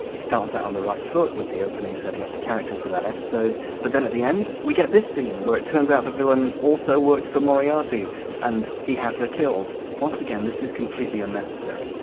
it starts out on the right foot with the opening setting up the characters of that episode but then at the end we get this scene where it turns out the villain also works for moriarty and he has her killed. once again, this is completely unnecessary.